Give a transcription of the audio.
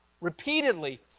repeatedly